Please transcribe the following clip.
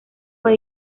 fue